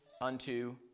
unto